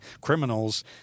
criminals